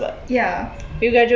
yeah